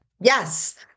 Yes